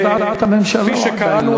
וכפי שקראנו